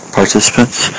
participants